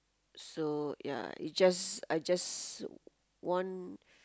so ya it's just I just want